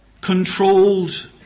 controlled